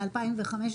ב-2015,